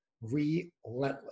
relentless